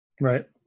Right